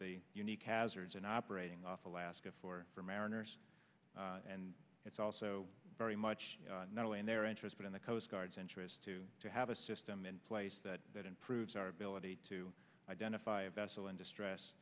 the unique hazards and operating off of last four for mariners and it's also very much not only in their interest but in the coast guard's interest too to have a system in place that that improves our ability to identify a vessel in distress